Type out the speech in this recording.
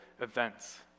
events